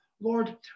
Lord